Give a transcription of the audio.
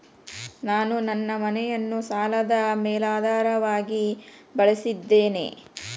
ನಾನು ನನ್ನ ಮನೆಯನ್ನು ಸಾಲದ ಮೇಲಾಧಾರವಾಗಿ ಬಳಸಿದ್ದೇನೆ